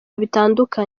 bitandukanye